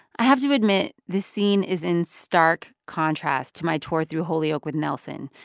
i have to admit, this scene is in stark contrast to my tour through holyoke with nelson.